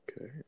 Okay